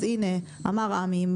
אז כפי שאמר ד"ר עמי אפלבום,